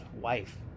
wife